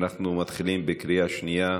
אנחנו מתחילים בקריאה שנייה.